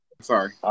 Sorry